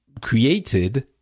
created